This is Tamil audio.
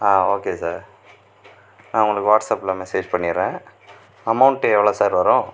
ஓகே சார் உங்களுக்கு வாட்ஸ் அப்பில் மெசேஜ் பண்ணிவிடுறேன் அமௌண்ட் எவ்வளோ சார் வரும்